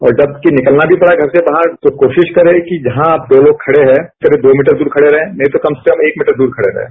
औरजब निकलना भी पड़े घर से बाहर तो कोशिश करें कि जहां दो लोग खड़े हैं करीब दो मीटर दूर खड़े रहें नहीं तो कम से कम एक मीटरदूर खड़े रहें